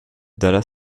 dallas